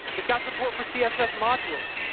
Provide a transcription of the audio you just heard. it's got support for css modules.